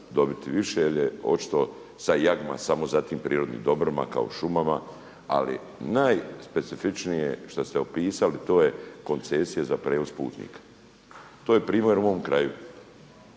dobiti više jer je očito sad jagma samo za tim prirodnim dobrima, kao šumama. Ali najspecifičnije što ste opisali, to je koncesija za prijevoz putnika. To je primjer u mom kraju.